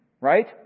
Right